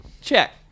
Check